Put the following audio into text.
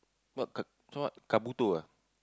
what k~ this one what Kabuto ah